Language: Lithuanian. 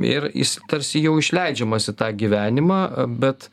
ir jis tarsi jau išleidžiamas į tą gyvenimą bet